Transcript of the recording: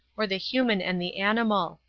or the human and the animal.